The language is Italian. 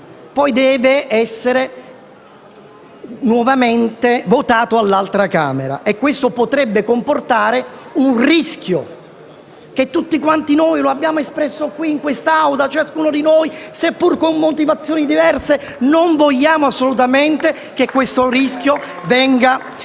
poi deve essere nuovamente votato dall'altra Camera. Ciò potrebbe comportare un rischio su cui tutti quanti noi ci siamo espressi in quest'Aula, ciascuno di noi, seppure con motivazioni diverse: non vogliamo assolutamente che questo rischio si